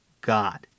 God